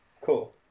Cool